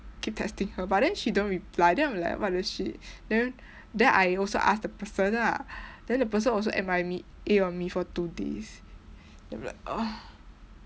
keep texting her but then she don't reply then I'm like what the shit then then I also asked the person lah then the person also M I me A on me for two days then I'm like ugh